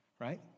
Right